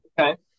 Okay